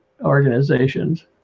organizations